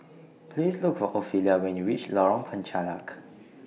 Please Look For Ofelia when YOU REACH Lorong Penchalak